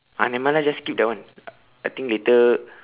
ah nevermind lah just skip that one I think later